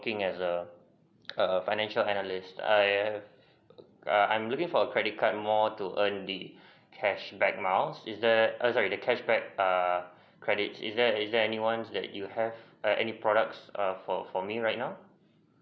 working as a a financial analyst I err I'm looking for credit card more to earn the cashback miles is that oh sorry the cashback err credit is there is there anyone that you have err any products err for for me right now